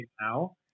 now